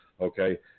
okay